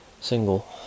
single